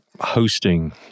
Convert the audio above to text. hosting